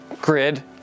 Grid